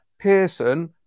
Pearson